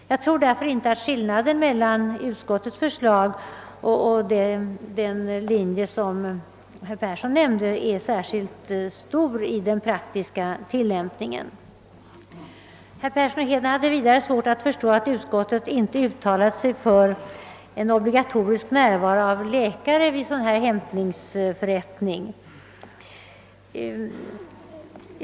Jag tror därför inte att skillnaden mellan utskottets förslag och den linje, som herr Persson talade för, blir särskilt stor vid den praktiska tillämpningen. Herr Persson i Heden hade vidare svårt att förstå varför utskottet inte uttalade sig för en obligatorisk närvaro av läkare vid en hämtningsförrättning av denna typ.